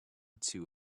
too